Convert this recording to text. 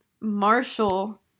Marshall